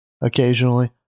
occasionally